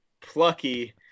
plucky